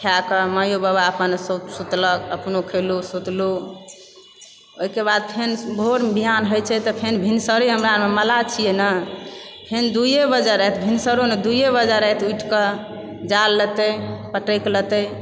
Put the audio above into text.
खायकऽ माइयो बाबा अपन सुतलक अपनों खेलहुँ सुतलहुँ ओहिके बाद फेन भोर बिहान होइ छै तऽ फेन भिनसरे हमरा हम मल्लाह छियै न फेन दुइए बजे राति भिनसरो नहि दुइए बजे राति उठिके जाल लेतय पटकि लेतय